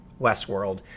Westworld